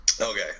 Okay